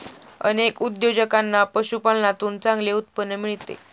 अनेक उद्योजकांना पशुपालनातून चांगले उत्पन्न मिळते